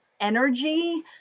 energy